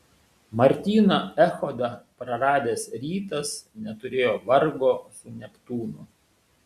martyną echodą praradęs rytas neturėjo vargo su neptūnu